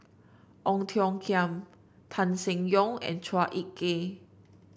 Ong Tiong Khiam Tan Seng Yong and Chua Ek Kay